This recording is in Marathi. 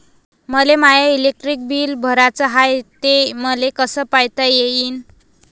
मले माय इलेक्ट्रिक बिल भराचं हाय, ते मले कस पायता येईन?